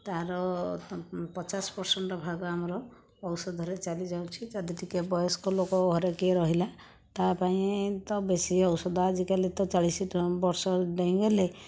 ତାହାର ପଚାଶ ପରସେଣ୍ଟ ଭାଗ ଆମର ଔଷଧରେ ଚାଲିଯାଉଛି ଯଦି ଟିକିଏ ବୟସ୍କ ଲୋକ ଘରେ କିଏ ରହିଲା ତା' ପାଇଁ ତ ବେଶୀ ଔଷଧ ଆଜିକାଲି ତ ଚାଳିଶି ଠଉଁ ବର୍ଷ ଡେଇଁଗଲେ